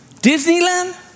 Disneyland